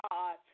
God